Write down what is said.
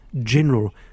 general